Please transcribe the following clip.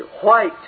white